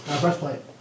Breastplate